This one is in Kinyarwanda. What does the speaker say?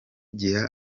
giha